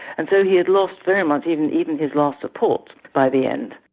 and so he had lost, very much, even even his last support by the end.